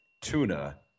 tuna